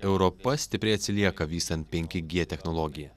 europa stipriai atsilieka vystant penki g technologiją